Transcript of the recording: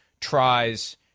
tries